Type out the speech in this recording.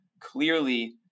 clearly